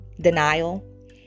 denial